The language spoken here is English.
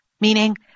Meaning